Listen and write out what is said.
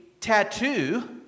tattoo